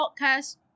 podcast